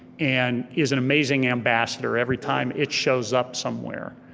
and is an amazing ambassador every time it shows up somewhere.